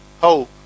hope